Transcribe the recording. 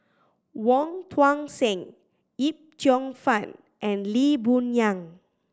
Wong Tuang Seng Yip Cheong Fun and Lee Boon Yang